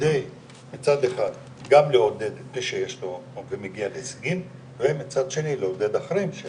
כדי מצד אחד גם לעודד את י שמגיע להישגים ומצד שני לעודד אחרים כי